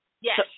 Yes